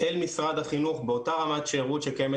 אל משרד החינוך באותה רמת שירות שקיימת